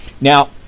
now